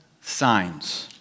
signs